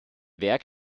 werk